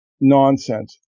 nonsense